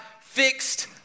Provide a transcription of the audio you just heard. fixed